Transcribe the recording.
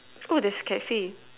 oh there's cafe